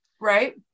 right